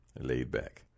Laid-back